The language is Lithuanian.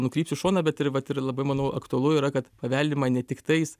nukrypsiu į šoną bet ir vat ir labai manau aktualu yra kad paveldima ne tik tais